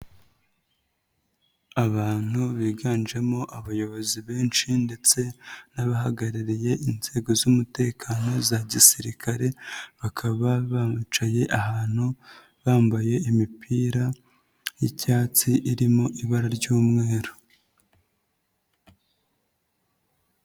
Abantu biganjemo abayobozi benshi ndetse n'abahagarariye inzego z'umutekano za gisirikare, bakaba banacaye ahantu bambaye imipira y'icyatsi irimo ibara ry'umweru.